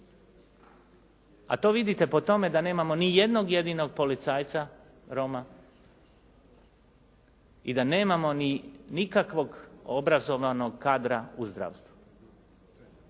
a to vidite po tome da nemamo ni jednog jedinog policajca Roma i da nemamo nikakvog obrazovanog kadra u zdravstvu.